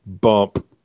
bump